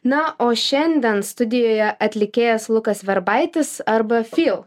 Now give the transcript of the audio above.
na o šiandien studijoje atlikėjas lukas verbaitis arba fyl